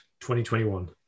2021